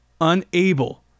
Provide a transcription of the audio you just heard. Unable